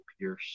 pierce